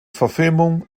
verfilmung